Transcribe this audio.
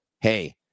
Hey